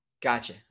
Gotcha